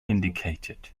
indicated